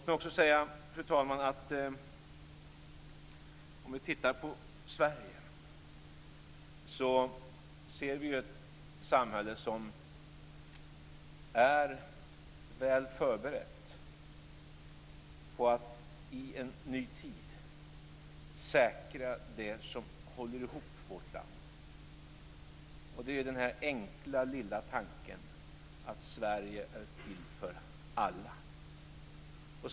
Låt mig också säga, fru talman, att vi, om vi tittar på Sverige, ser ett samhälle som är väl förberett på att i en ny tid säkra det som håller ihop vårt land. Det är den enkla lilla tanken att Sverige är till för alla.